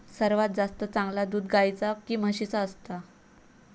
सर्वात जास्ती चांगला दूध गाईचा की म्हशीचा असता?